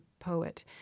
poet